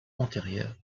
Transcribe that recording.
antérieur